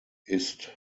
ist